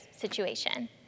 situation